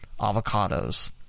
Avocados